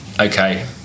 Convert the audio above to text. okay